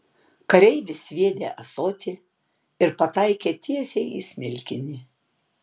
kareivis sviedė ąsotį ir pataikė tiesiai į smilkinį